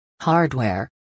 hardware